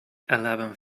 eleventh